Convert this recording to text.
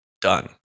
Done